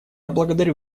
благодарю